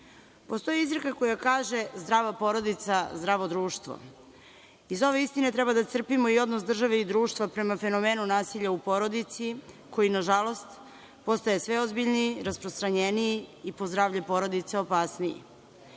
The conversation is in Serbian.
izreka koja kaže – zdrava porodica zdravo društvo. Iz ove istine treba da crpimo i odnos države i društva prema fenomenu nasilja u porodici, koji, nažalost, postaje sve ozbiljniji, rasprostranjeniji i po zdravlje porodice opasniji.